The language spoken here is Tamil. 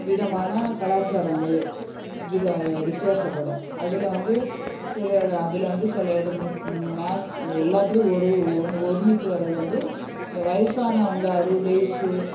விதமான கலாச்சாரங்கள் வித வித்தியாசப்படும் அதில் வந்து சிலர் அதில் வந்து சிலர் மேக்ஸ் எல்லாத்துலேயும் ஒரு ஒருமித்து வர்ரது வந்து இந்த வயசானவங்க அறுபது வயது